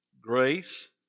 grace